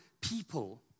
people